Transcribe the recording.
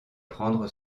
prendre